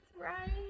right